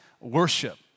Worship